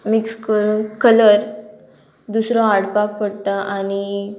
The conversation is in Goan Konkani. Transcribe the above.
मिक्स करून कलर दुसरो हाडपाक पडटा आनी